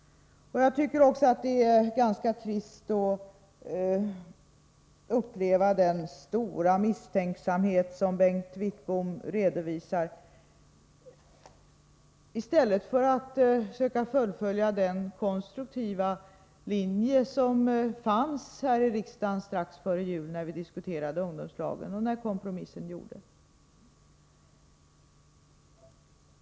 Jag tycker också att det är ganska trist att uppleva den stora misstänksamhet som Bengt Wittbom redovisar i stället för att söka fullfölja den konstruktiva linje som fanns här i riksdagen strax före jul, när vi diskuterade ungdomslagen och när kompromissen gjordes.